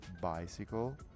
bicycle